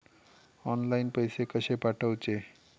Online पैसे कशे पाठवचे?